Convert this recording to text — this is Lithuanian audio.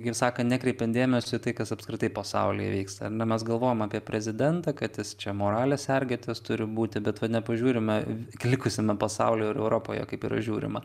kaip sakant nekreipiant dėmesio į tai kas apskritai pasaulyje vyksta ar ne mes galvojam apie prezidentą kad jis čia moralės sergėtojas turi būti bet va nepažiūrime likusiame pasaulio ir europoje kaip yra žiūrima